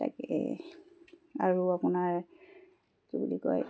তাকে আৰু আপোনাৰ কি বুলি কয়